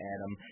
Adam